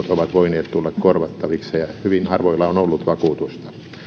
ovat voineet tulla korvattaviksi ja hyvin harvoilla on ollut vakuutus